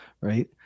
right